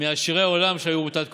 מעשירי עולם שהיו באותה תקופה,